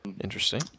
interesting